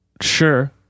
Sure